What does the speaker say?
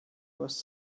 was